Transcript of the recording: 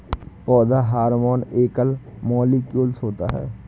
पौधा हार्मोन एकल मौलिक्यूलस होता है